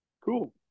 Cool